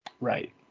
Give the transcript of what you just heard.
Right